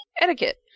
etiquette